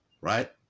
right